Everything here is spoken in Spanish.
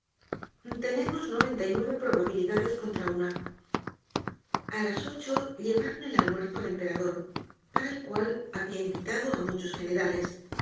tenemos noventa y nueve probabilidades contra una a las ocho llevaron el almuerzo al emperador para el cual habia invitado á muchos generales